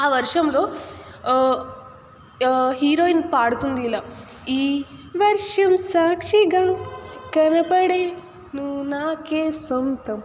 ఆ వర్షంలో హీరోయిన్ పాడుతుంది ఇలా ఈ వర్షం సాక్షిగా కనపడే నువ్వు నాకే సొంతం